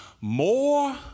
More